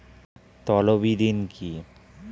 তলবি ঋণ কি?